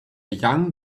young